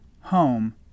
home